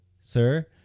sir